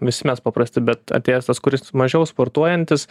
visi mes paprasti bet atėjęs tas kuris mažiau sportuojantis